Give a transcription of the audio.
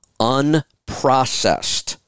Unprocessed